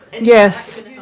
Yes